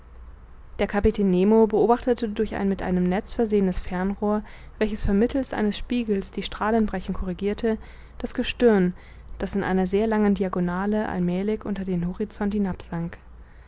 der kapitän nemo beobachtete durch ein mit einem netz versehenes fernrohr welches vermittelst eines spiegels die strahlenbrechung corrigirte das gestirn das in einer sehr langen diagonale allmälig unter den horizont hinabsank